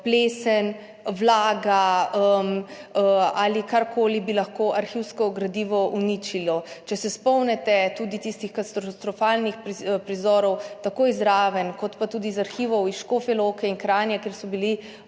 plesen, vlaga ali kar koli, kar bi lahko uničilo arhivsko gradivo. Če se spomnite tudi tistih katastrofalnih prizorov tako iz Raven kot tudi iz arhivov iz Škofje Loke in Kranja, kjer so bile